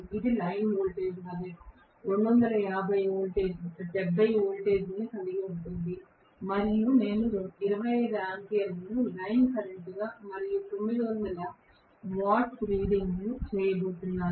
ఇది line voltage వలె 270 వోల్ట్లను కలిగి ఉంది మరియు నేను 25 ఆంపియర్లను లైన్ కరెంట్ గా మరియు 9000 వాట్స్ రీడింగ్ చేయబోతున్నాను